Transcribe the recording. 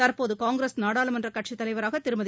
தற்போது காங்கிரஸ் நாடாளுமன்ற கட்சித்தலைவராக திருமதி